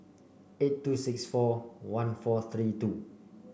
eight two six four one four three two